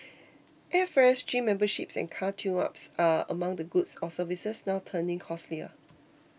airfares gym memberships and car tuneups are among the goods or services now turning costlier